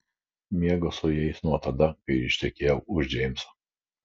miegu su jais nuo tada kai ištekėjau už džeimso